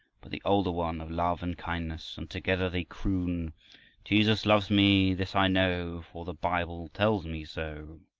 but the older one of love and kindness, and together they croon jesus loves me, this i know, for the bible tells me so.